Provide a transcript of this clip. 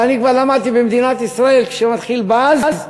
אבל אני כבר למדתי שבמדינת ישראל, כשמתחיל באזז,